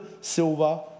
silver